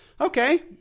okay